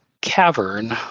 cavern